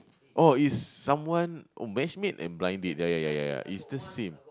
oh is someone oh match made and blind date ya ya ya ya ya is the same